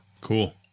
cool